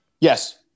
Yes